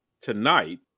tonight